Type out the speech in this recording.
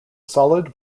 solid